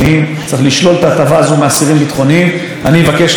אני אבקש לקדם את הליך החקיקה הזה בהליך חקיקה מהיר,